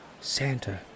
Santa